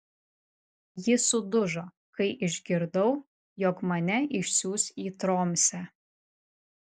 ji sudužo kai išgirdau jog mane išsiųs į tromsę